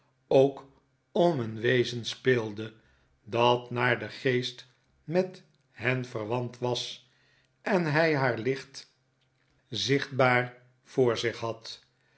ook om een wezen speelde dat naar den geest met hen verwant was en hij haar licht zichtbaar voor zich had